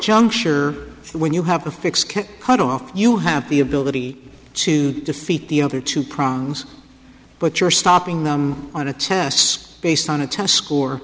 juncture when you have a fixed cutoff you have the ability to defeat the other two prongs but you're stopping them on a test based on a test score